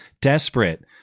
desperate